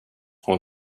hon